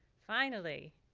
finally,